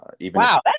Wow